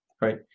right